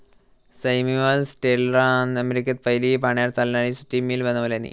Samuel स्लेटरान अमेरिकेत पयली पाण्यार चालणारी सुती मिल बनवल्यानी